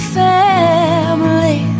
family